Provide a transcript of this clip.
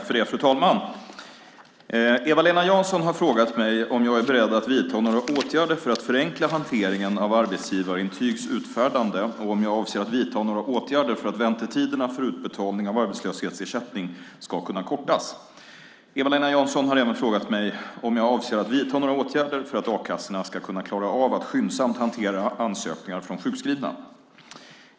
Fru talman! Eva-Lena Jansson har frågat mig om jag är beredd att vidta några åtgärder för att förenkla hanteringen av arbetsgivarintygs utfärdande och om jag avser att vidta några åtgärder för att väntetiderna för utbetalning av arbetslöshetsersättning ska kunna kortas. Eva-Lena Jansson har även frågat mig om jag avser att vidta några åtgärder för att a-kassorna ska kunna klara av att skyndsamt hantera ansökningar från sjukskrivna.